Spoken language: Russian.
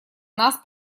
нас